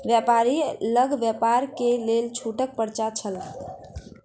व्यापारी लग व्यापार के लेल छूटक पर्चा छल